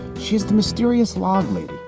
she's the mysterious landlady,